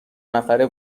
نفره